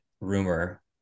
rumor